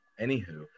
Anywho